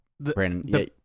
Brandon